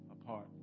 apart